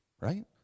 right